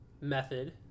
method